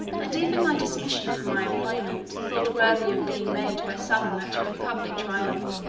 and even my dismission from my employment thought worthy of being made by some a matter of public triumph